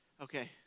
Okay